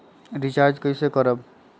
Recharge कैसे करीब?